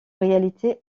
réalité